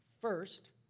First